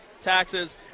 taxes